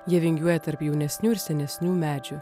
jie vingiuoja tarp jaunesnių ir senesnių medžių